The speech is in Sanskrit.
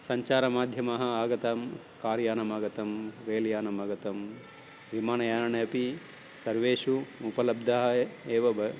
सञ्चारमाध्यमः आगतं कार् यानम् आगतं रेल् यानम् आगतं विमानयानम् अपि सर्वेषु उपलब्धाय एव ब